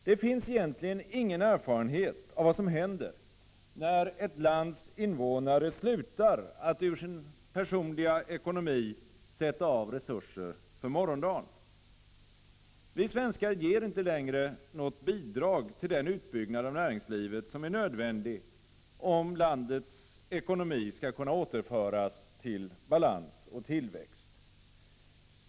Det finns egentligen ingen erfarenhet av vad som händer, när ett lands invånare slutar att ur sin personliga ekonomi sätta av resurser för morgondagen. Vi svenskar ger inte längre något bidrag till den utbyggnad av näringslivet som är nödvändig, om landets ekonomi skall kunna återföras till balans och tillväxt.